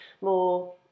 more